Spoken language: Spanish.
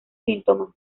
síntoma